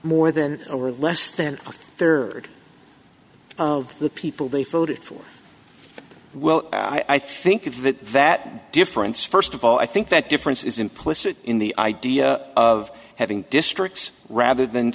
more than or less than a third the people they floated for well i think that that difference first of all i think that difference is implicit in the idea of having districts rather than